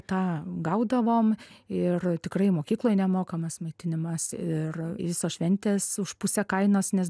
tą gaudavom ir tikrai mokykloj nemokamas maitinimas ir visos šventės už pusę kainos nes